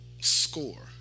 Score